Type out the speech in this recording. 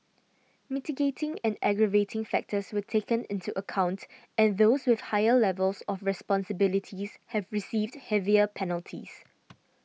mitigating and aggravating factors were taken into account and those with higher level of responsibilities have received heavier penalties